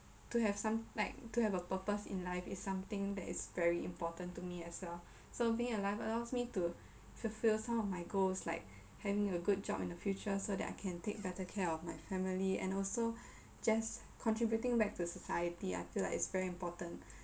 to have some like to have a purpose in life is something that is very important to me as well so being alive allows me to fulfil some of my goals like having a good job in the future so that I can take better care of my family and also just contributing back to society I feel like it's very important